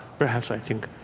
perhaps i think